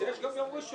יש גם את יום ראשון.